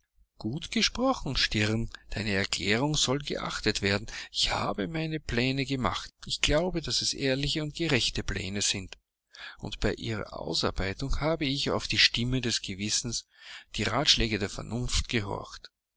gut gesprochen stirn deine erklärung soll geachtet werden ich habe meine pläne gemacht ich glaube daß es ehrliche und gerechte pläne sind und bei ihrer ausarbeitung habe ich auf die stimme des gewissens die ratschläge der vernunft gehorcht